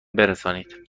برسانید